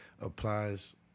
applies